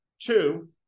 two